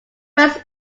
rest